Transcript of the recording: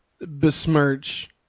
besmirch